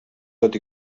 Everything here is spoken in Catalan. tot